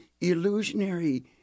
illusionary